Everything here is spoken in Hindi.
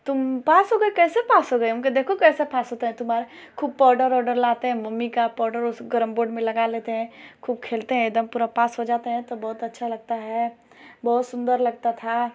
तुम पास हो गई कैसे पास हो गई हम कहे देखो कैसे पास होते हैं तुम्हारे खूब पाउडर औडर लाते हैं मम्मी का पाउडर उस कैरम बोर्ड में लगा लेते हैं खूब खेलते हैं एकदम पूरा पास हो जाते हैं तो बहुत अच्छा लगता है बहुत सुन्दर लगता था